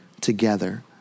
together